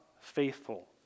faithful